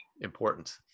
important